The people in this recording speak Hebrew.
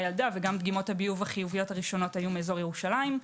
ילדה וגם דגימות הביוב החיוביות הראשונות היו מאזור ירושלים.